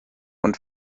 und